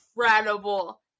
incredible